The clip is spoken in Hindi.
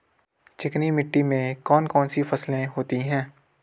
चिकनी मिट्टी में कौन कौन सी फसलें होती हैं?